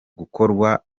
gukorwa